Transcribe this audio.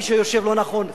מי שיושב לא נכון,